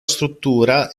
struttura